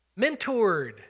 mentored